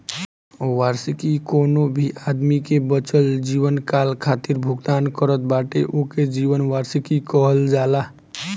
वार्षिकी कवनो भी आदमी के बचल जीवनकाल खातिर भुगतान करत बाटे ओके जीवन वार्षिकी कहल जाला